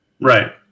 right